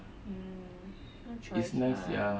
mm no choice lah